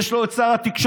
יש לו את שר התקשורת,